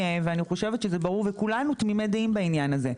ואני חושבת שזה ברור וכולנו תמימי דעים בעניין הזה.